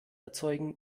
erzeugen